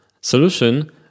solution